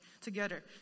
together